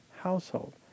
household